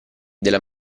della